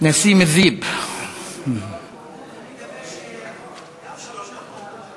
דברים בשפה הערבית).